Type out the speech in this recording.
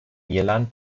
irland